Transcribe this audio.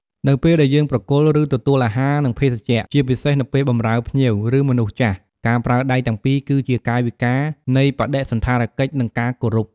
នៅពេលដែលយើងប្រគល់ ឬទទួលអាហារ និងភេសជ្ជៈ ជាពិសេសនៅពេលបម្រើភ្ញៀវ ឬមនុស្សចាស់ ការប្រើដៃទាំងពីរគឺជាកាយវិការនៃបដិសណ្ឋារកិច្ច និងការគោរព។